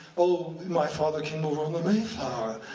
oh, my father came over on the mayflower,